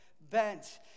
bent